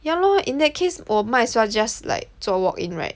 yah lor in that case 我 might as well just 做 walk-in right